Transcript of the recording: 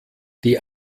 die